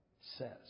says